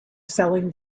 selling